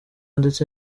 ndetse